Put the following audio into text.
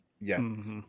Yes